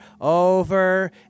over